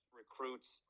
recruits